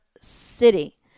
city